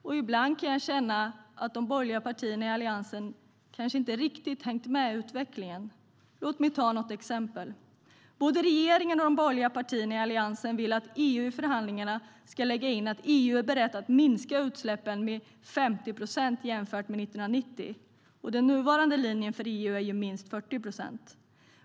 Och ibland kan jag känna att de borgerliga partierna i Alliansen kanske inte riktigt hängt med i utvecklingen. Låt mig ta ett exempel. Både regeringen och de borgerliga partierna i Alliansen vill att EU i förhandlingarna ska lägga in att EU är berett att minska utsläppen med 50 procent jämfört med 1990. Den nuvarande linjen för EU är ju minst 40 procent.